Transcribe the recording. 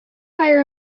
higher